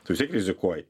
tu vis tiek rizikuoji